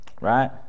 right